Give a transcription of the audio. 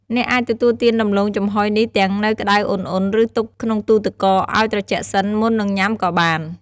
អ្នកអាចទទួលទានដំឡូងចំហុយនេះទាំងនៅក្ដៅឧណ្ហៗ ឬទុកក្នុងទូទឹកកកឱ្យត្រជាក់សិន មុននឹងញ៉ាំក៏បាន។